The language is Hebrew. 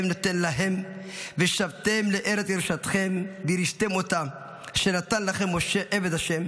נותן להם ושבתם לארץ ירֻשתכם וירשתם אותה אשר נתן לכם משה עבד ה'